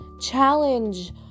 Challenge